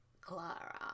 Clara